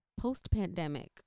post-pandemic